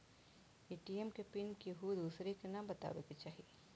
ATM के pin केहू दुसरे के न बताए के चाही